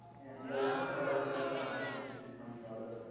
and i remember i was having a conversation with my brother,